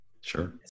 Sure